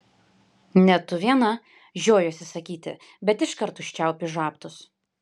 ne tu viena žiojuosi sakyti bet iškart užčiaupiu žabtus